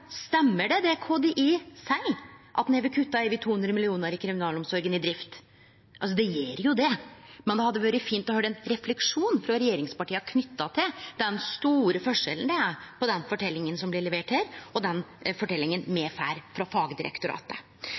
Stemmer det som KDI seier, at ein har kutta over 200 mill. kr til drift i kriminalomsorga? Det gjer jo det, men det hadde vore fint å få ein refleksjon frå regjeringspartia knytt til den store forskjellen det er på den forteljinga som blir levert her, og den forteljinga me får frå fagdirektoratet.